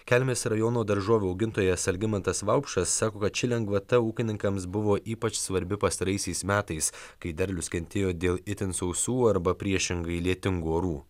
kelmės rajono daržovių augintojas algimantas vaupšas sako kad ši lengvata ūkininkams buvo ypač svarbi pastaraisiais metais kai derlius kentėjo dėl itin sausų arba priešingai lietingų orų